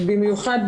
במיוחד,